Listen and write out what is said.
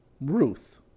Ruth